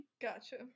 Gotcha